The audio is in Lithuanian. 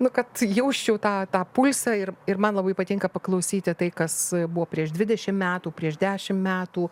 nu kad jausčiau tą tą pulsą ir ir man labai patinka paklausyti tai kas buvo prieš dvidešim metų prieš dešim metų